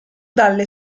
dalle